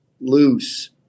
loose